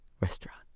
restaurant